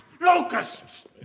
locusts